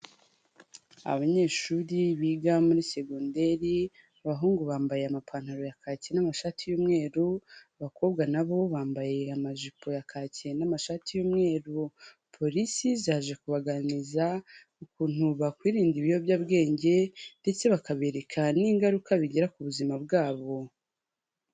Abanyeshuri biga muri segonderi, abahungu bambaye amapantaro ya kaki n'amashati y'umweru, abakobwa nabo bambaye amajipo ya kaki n'amashati y'umweru. Polisi zaje kubaganiriza ukuntu bakwirinda ibiyobyabwenge ndetse bakabereka n'ingaruka bigira ku buzima bwabo.